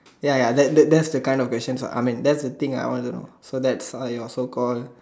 ya ya that that's the kind of questions I mean that's the thing I want to so that's uh your so call